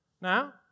Now